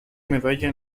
medalla